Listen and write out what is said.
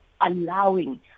allowing